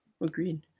agreed